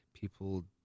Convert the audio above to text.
people